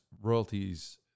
royalties